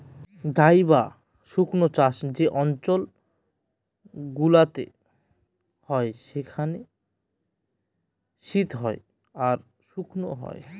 dry বা শুস্ক চাষ যে অঞ্চল গুলোতে হয় সেখানে শীত হয় আর শুকনো হয়